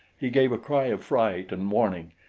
he gave a cry of fright and warning,